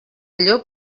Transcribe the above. llop